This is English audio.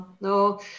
no